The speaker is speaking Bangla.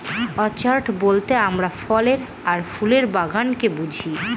অর্চাড বলতে আমরা ফলের আর ফুলের বাগানকে বুঝি